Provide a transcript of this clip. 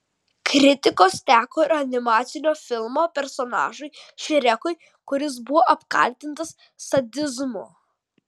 kritikos teko ir animacinio filmo personažui šrekui kuris buvo apkaltintas sadizmu